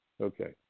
Okay